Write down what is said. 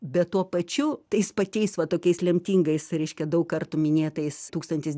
bet tuo pačiu tais pačiais va tokiais lemtingais reiškia daug kartų minėtais tūkstantis